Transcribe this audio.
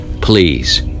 please